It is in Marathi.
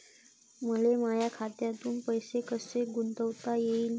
मले माया खात्यातून पैसे कसे गुंतवता येईन?